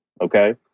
okay